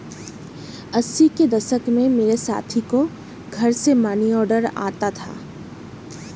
अस्सी के दशक में मेरे साथी को घर से मनीऑर्डर आता था